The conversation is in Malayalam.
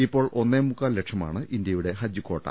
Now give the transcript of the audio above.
ഇപ്പോൾ ഒന്നേമുക്കാൽ ലക്ഷമാണ് ഇന്ത്യയുടെ ഹജ്ജ് കാട്ട